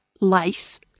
Lace